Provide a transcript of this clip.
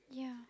yeah